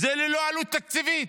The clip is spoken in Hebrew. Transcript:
זה ללא עלות תקציבית.